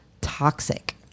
toxic